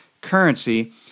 currency